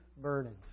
burdens